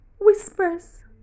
whispers